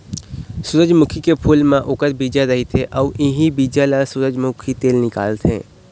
सूरजमुखी के फूल म ओखर बीजा रहिथे अउ इहीं बीजा ले सूरजमूखी तेल निकलथे